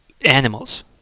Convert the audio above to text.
animals